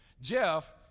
Jeff